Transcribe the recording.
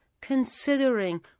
considering